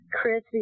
Chris